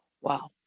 Wow